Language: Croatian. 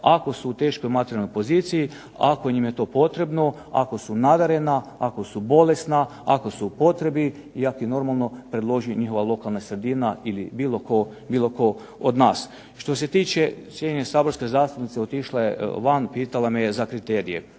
ako su u teškoj materijalnoj poziciji, ako im je to potrebno, ako su nadarena, ako su bolesna, ako su u potrebi i ako ih normalno predloži njihova lokalna sredina ili bilo tko od nas. Što se tiče cijenjene saborske zastupnice, otišla je van, pitala me je za kriterije.